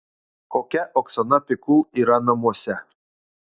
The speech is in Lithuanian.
kokia oksana pikul yra namuose